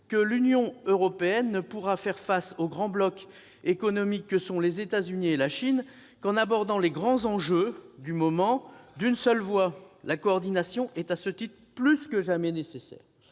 que l'Union européenne ne pourra faire face aux grands blocs économiques que sont les États-Unis et la Chine qu'en abordant les grands enjeux du moment d'une seule voix. La coordination est, à cet égard, plus que jamais nécessaire.